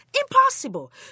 Impossible